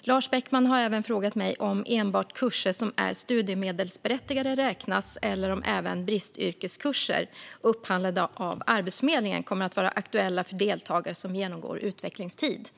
Lars Beckman har även frågat mig om enbart kurser som är studiemedelsberättigade räknas eller om även bristyrkeskurser upphandlade av Arbetsförmedlingen kommer att vara aktuella för deltagare som genomgår utvecklingstid.